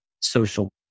social